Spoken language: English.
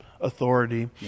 authority